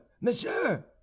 monsieur